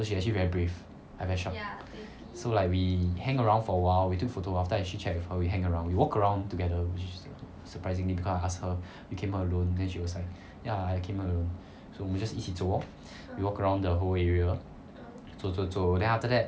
so she actually very brave I very shocked so like we hang around for a while we took photo after that I chit chat with her we hang around we walked around together which is surprising because I ask her you came here alone then she was like ya I came here alone so we just 一起走咯 we walk around the whole area 走走走 then after that